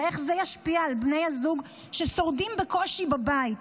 ואיך זה ישפיע על בני הזוג ששורדים בקושי בבית,